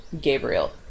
Gabriel